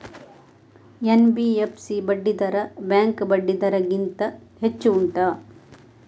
NBFC ಬಡ್ಡಿ ದರ bank ಬಡ್ಡಿ ದರ ಗಿಂತ ಹೆಚ್ಚು ಉಂಟಾ